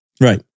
Right